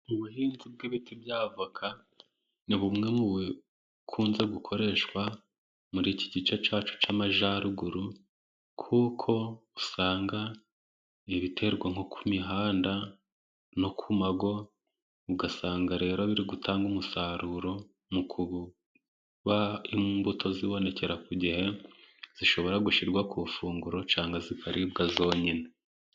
Ubuhinzi bw'ibiti by'avoka ni bumwe mu bikunze gukoreshwa muri iki gice cyacu cy'amajyaruguru kuko usanga ibiterwa nko ku mihanda no ku ngo ugasanga rero biri gutanga umusaruro mu kuba imbuto zibonekera ku gihe zishobora gushyirwa ku ifunguro cyangwa zikaribwa zonyine.